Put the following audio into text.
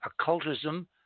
occultism